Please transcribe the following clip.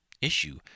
issue